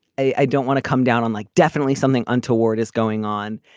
i don't want to come down on like definitely something untoward is going on.